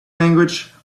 language